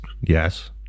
Yes